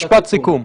משפט סיכום.